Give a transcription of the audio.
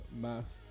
Math